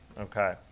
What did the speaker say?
okay